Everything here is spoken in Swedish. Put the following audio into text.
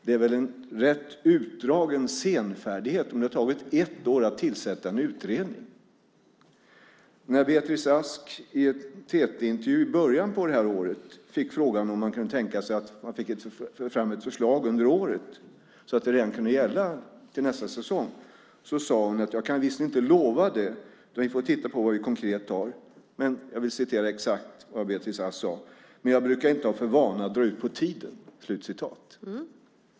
Det är väl en rätt utdragen senfärdighet om det har tagit ett år att tillsätta en utredning. När Beatrice Ask i en TT-intervju i början av detta år fick frågan om hon kunde tänka sig att ta fram ett förslag under året så att det skulle kunna gälla redan under nästa säsong sade hon: Jag kan inte lova det, utan vi får titta på vad vi har konkret. Men jag brukar inte ha för vana att dra ut på tiden.